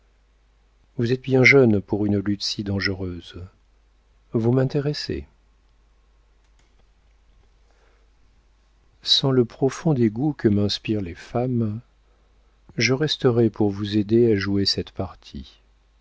vous êtes bien jeune pour une lutte si dangereuse vous m'intéressez sans le profond dégoût que m'inspirent les femmes je resterais pour vous aider à jouer cette partie